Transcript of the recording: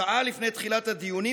שעה לפני תחילת הדיונים,